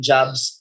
Jobs